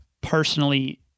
personally